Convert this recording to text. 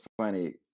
funny